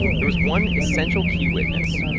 there was one essential key witness,